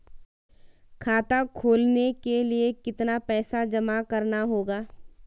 खाता खोलने के लिये कितना पैसा जमा करना होगा?